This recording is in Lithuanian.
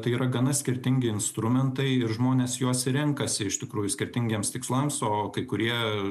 tai yra gana skirtingi instrumentai ir žmonės juos renkasi iš tikrųjų skirtingiems tikslams o kai kurie